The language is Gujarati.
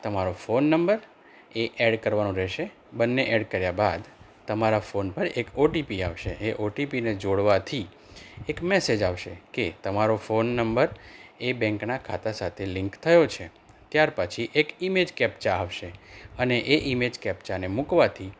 તમારો ફોન નંબર એ એડ કરવાનો રહેશે બંને એડ કર્યા બાદ તમારા ફોન પર એક ઓટીપી આવશે એ ઓટીપીને જોડવાથી એક મેસેજ આવશે કે તમારો ફોન નંબર એ બેંકનાં ખાતા સાથે લિંક થયો છે ત્યાર પછી એક ઈમેજ કેપ્ચા આવશે અને એ ઈમેજ કેપચાને મૂકવાથી